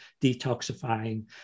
detoxifying